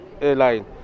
airline